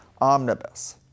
omnibus